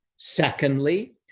secondly,